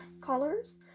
colors